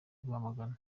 rwamagana